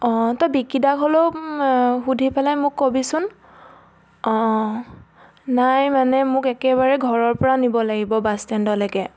অঁ তই বিকিডাক হ'লেও সুধি পেলাই মোক ক'বিচোন অঁ অঁ নাই মানে মোক একেবাৰে ঘৰৰ পৰা নিব লাগিব বাছ ষ্টেণ্ডলৈকে